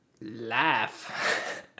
laugh